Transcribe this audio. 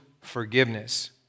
forgiveness